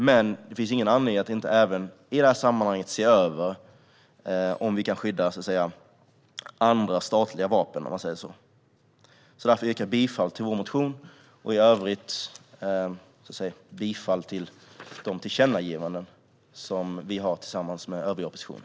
Men det finns ingen anledning i det här sammanhanget att inte även se över om vi kan skydda andra statliga vapen. Därför yrkar jag bifall till reservationen som grundar sig på vår motion och i övrigt till utskottets förslag till tillkännagivanden som vi har tillsammans med övriga oppositionen.